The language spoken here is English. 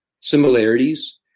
similarities